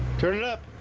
turn it up